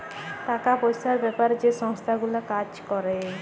টাকা পয়সার বেপারে যে সংস্থা গুলা কাজ ক্যরে